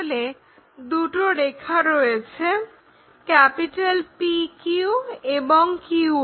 তাহলে দুটো রেখা রয়েছে PQ এবং QR